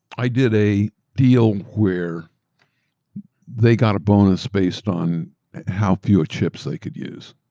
i did a deal where they got a bonus based on how fewer chips they could use.